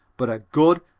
but a good,